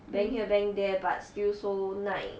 bang here bang there but still so nine